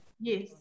yes